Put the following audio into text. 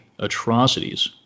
atrocities